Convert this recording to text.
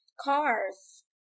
Cars